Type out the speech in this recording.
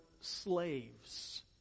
slaves